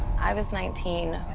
i was nineteen.